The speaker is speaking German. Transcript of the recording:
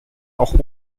auch